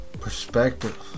perspective